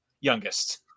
youngest